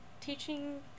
Teaching